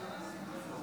ולקריאה השלישית,